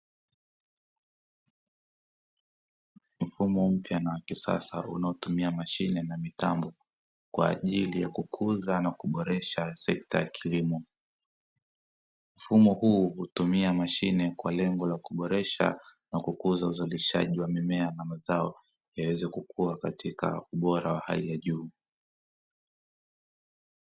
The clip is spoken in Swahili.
Mfumo mpya na wa kisasa unaotumia mashine na mitambo kwa ajili ya kukuza na kuboresha sekta ya kilimo. Mfumo huu hutumia mashine kwa lengo la kuboresha na kukuza uzalishaji wa mimea na mazao yaweze kukua katika ubora wa hali ya juu.